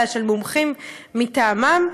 אלא של מומחים מטעמם,